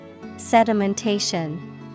Sedimentation